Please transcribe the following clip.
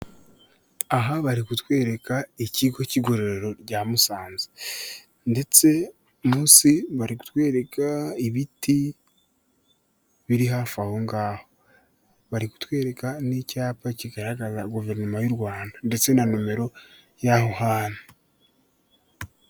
Aha bari kutwereka ikigo k'igororero rya Musanze ndetse munsi bari kutwereka ibiti biri hafi ahongaho, bari kutwereka n'icyapa kigaragaza guverinoma y'u Rwanda ndetse na nomero y'aho hantu.